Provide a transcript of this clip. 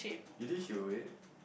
you think she will wait